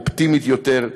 אופטימית יותר,